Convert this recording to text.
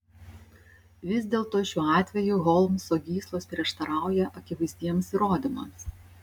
vis dėlto šiuo atveju holmso gyslos prieštarauja akivaizdiems įrodymams